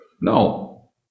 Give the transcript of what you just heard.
No